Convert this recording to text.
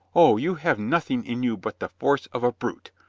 o, you have nothing in you but the force of a brute.